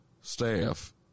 staff